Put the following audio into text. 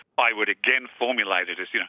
i would again formulate it as, you know